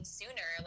sooner